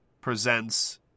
presents